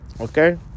Okay